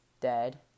dead